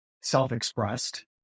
self-expressed